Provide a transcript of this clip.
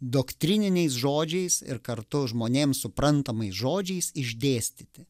doktrininiais žodžiais ir kartu žmonėms suprantamais žodžiais išdėstyti